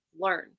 learn